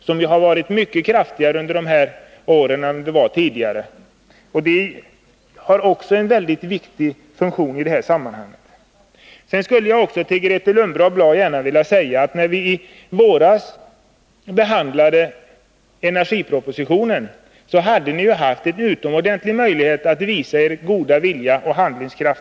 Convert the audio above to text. Den satsningen har under senare år varit mycket kraftigare än tidigare. Sedan vill jag gärna säga till Grethe Lundblad att när vi i våras behandlade energipropositionen hade ni haft en utomordentlig möjlighet att visa er goda vilja och handlingskraft.